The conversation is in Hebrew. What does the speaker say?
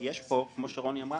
כי יש פה כמו שרוני אמרה,